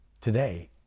Today